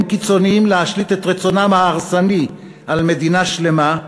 קיצוניים להשליט את רצונם ההרסני על מדינה שלמה,